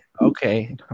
Okay